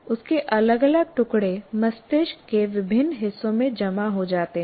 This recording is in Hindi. उसके अलग अलग टुकड़े मस्तिष्क के विभिन्न हिस्सों में जमा हो जाते हैं